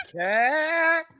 Okay